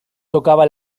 tocaba